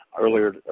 earlier